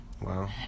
Wow